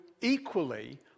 equally